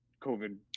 covid